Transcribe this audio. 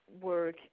work